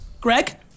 Greg